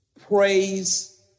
Praise